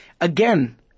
Again